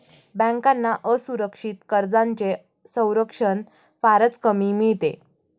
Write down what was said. बँकांना असुरक्षित कर्जांचे संरक्षण फारच कमी मिळते